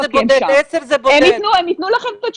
הם יתנו לכם את התשובה.